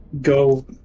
go